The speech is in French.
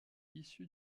issu